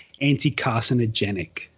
anti-carcinogenic